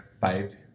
five